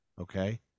Okay